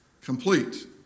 complete